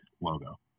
logo